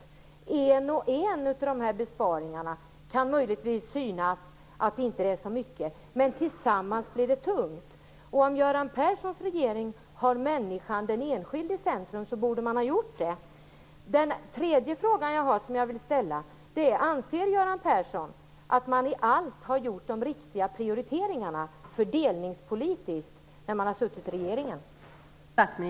Det kan möjligtvis synas som om besparingarna inte är så farliga en och en, men tillsammans blir de tunga. Om Göran Perssons regering har den enskilde människan i centrum borde man ha gjort det. Till sist vill jag fråga: Anser Göran Persson att man i allt har gjort de riktiga prioriteringarna fördelningspolitiskt när man har suttit i regeringen?